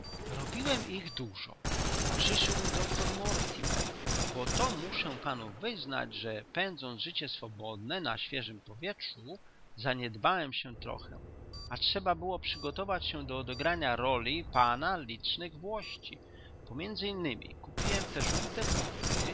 robiłem ich dużo towarzyszył mi doktor mortimer bo to muszę panu wyznać że pędząc życie swobodne na świeżem powietrzu zaniedbałem się trochę a trzeba było przygotować się do odegrania roli pana licznych włości pomiędzy innemi kupiłem te żółte buty